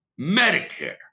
Medicare